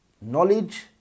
Knowledge